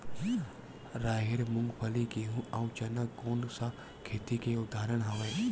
राहेर, मूंगफली, गेहूं, अउ चना कोन सा खेती के उदाहरण आवे?